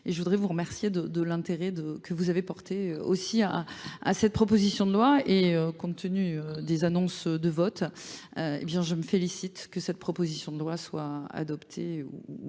et je voudrais vous remercier de l'intérêt que vous avez porté aussi à cette proposition de loi et compte tenu des annonces de vote, je me félicite que cette proposition de loi soit adoptée